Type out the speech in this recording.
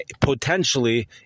potentially